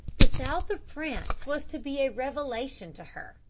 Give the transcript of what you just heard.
the south of france was to be a revelation to her.